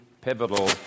pivotal